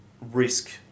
risk